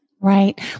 Right